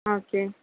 okay